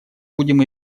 будем